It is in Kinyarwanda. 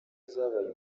zabaye